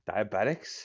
diabetics